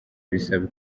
bisaba